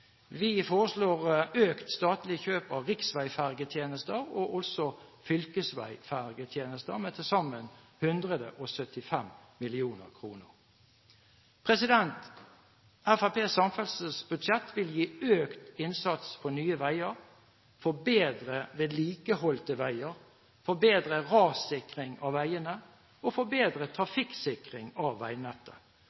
Vi foreslår økt statlig kjøp av riksveiferjetjenester og fylkesveiferjetjenester med til sammen 175 mill. kr. Fremskrittspartiets samferdselsbudsjett vil gi økt innsats for nye veier, for bedre vedlikeholdte veier, for bedre rassikring av veiene og for bedre